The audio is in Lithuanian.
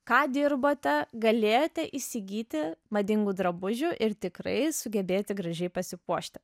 ką dirbote galėjote įsigyti madingų drabužių ir tikrai sugebėti gražiai pasipuošti